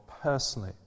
personally